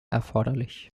erforderlich